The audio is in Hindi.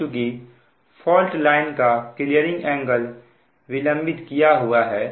अब चुकी फॉल्ट लाइन का क्लीयरिंग एंगल विलंबित किया हुआ है